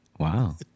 Wow